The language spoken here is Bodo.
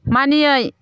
मानियै